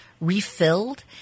Refilled